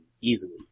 easily